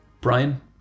Brian